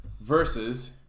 Versus